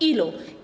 Ilu?